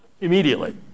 immediately